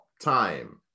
time